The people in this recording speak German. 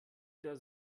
der